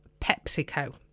PepsiCo